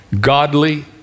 Godly